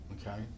okay